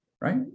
right